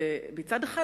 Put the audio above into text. מצד אחד,